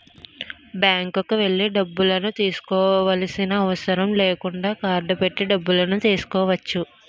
బ్యాంక్కి వెళ్లి డబ్బులను తీసుకోవాల్సిన అవసరం లేకుండా కార్డ్ పెట్టి డబ్బులు తీసుకోవచ్చు